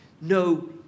no